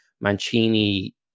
Mancini